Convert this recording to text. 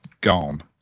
gone